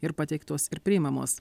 ir pateiktos ir priimamos